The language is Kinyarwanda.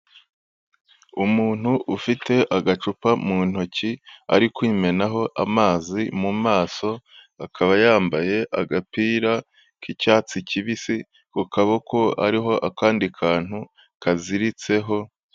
Umuntu ufite agacupa mu ntoki ari kwimenaho amazi mu maso, akaba yambaye agapira k'icyatsi kibisi ku kaboko hariho akandi kantu kaziziritseho.